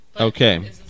Okay